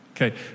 Okay